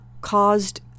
caused